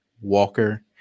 Walker